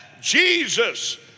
Jesus